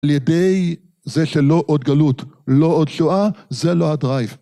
על ידי זה של לא עוד גלות, לא עוד שואה, זה לא הדרייב.